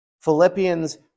Philippians